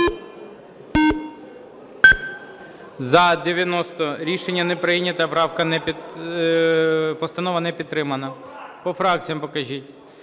За-90 Рішення не прийнято. Постанова не підтримана. По фракціях покажіть.